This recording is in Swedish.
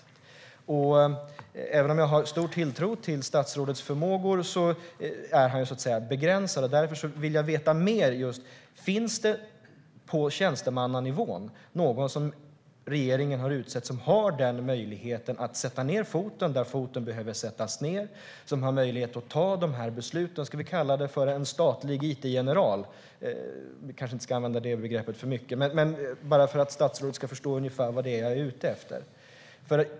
Även om jag har stor tilltro till statsrådets förmågor är han begränsad. Därför vill jag veta om regeringen har utsett någon på tjänstemannanivå som har möjlighet att sätta ned foten där foten behöver sättas ned, som har möjlighet att ta de här besluten. Ska vi kalla det för en statlig it-general? Vi kanske inte ska använda det begreppet för mycket, men bara för att statsrådet ska förstå ungefär vad det är jag är ute efter.